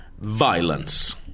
Violence